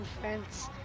friends